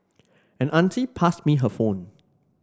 an auntie passed me her phone